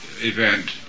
event